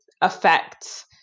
affects